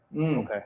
Okay